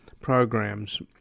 programs